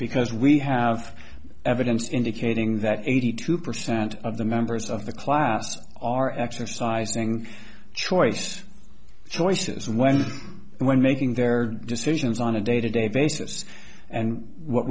because we have evidence indicating that eighty two percent of the members of the class are actually sizing choice choices when and when making their decisions on a day to day basis and what